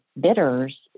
bidders